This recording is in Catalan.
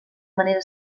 manera